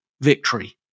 victory